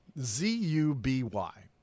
Z-U-B-Y